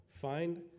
Find